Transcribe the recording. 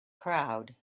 crowd